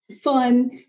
fun